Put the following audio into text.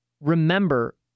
remember